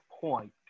point